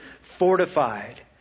fortified